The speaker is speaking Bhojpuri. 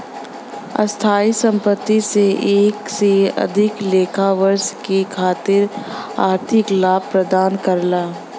स्थायी संपत्ति से एक से अधिक लेखा वर्ष के खातिर आर्थिक लाभ प्रदान करला